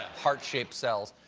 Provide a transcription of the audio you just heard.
heart-shaped cells.